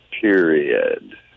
period